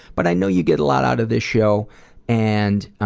but i know you get a lot out of this show and